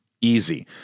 Easy